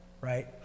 right